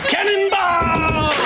Cannonball